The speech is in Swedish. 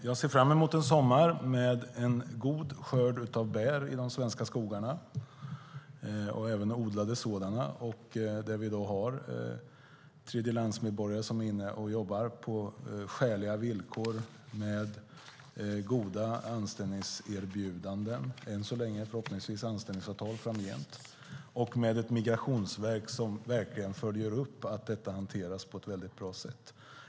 Jag ser fram emot en sommar med en god skörd av bär i de svenska skogarna, och även odlade sådana, där tredjelandsmedborgare är inne och jobbar på skäliga villkor med goda anställningserbjudanden än så länge och förhoppningsvis anställningsavtal framgent, och att Migrationsverket verkligen följer upp att detta hanteras på ett väldigt bra sätt.